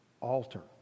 altar